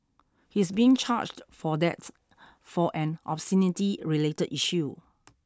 he is being charged for that for an obscenity related issue